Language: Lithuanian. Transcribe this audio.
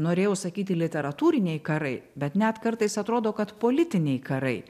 norėjau sakyti literatūriniai karai bet net kartais atrodo kad politiniai karai